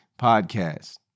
podcast